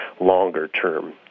longer-term